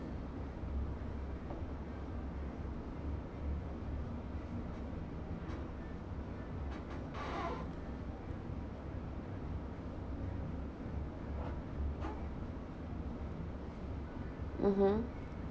mmhmm